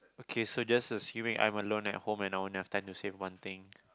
okay so just assuming I'm alone at home and I won't have time to save one thing